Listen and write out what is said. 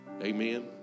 Amen